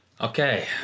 Okay